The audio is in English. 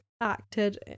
acted